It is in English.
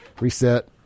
reset